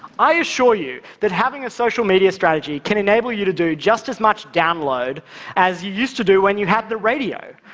i assure you that having a social media strategy can enable you to do just as much download as you used to do when you had the radio.